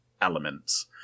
elements